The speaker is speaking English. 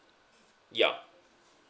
ya